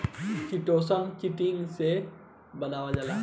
chitosan, chitin से बनावल जाला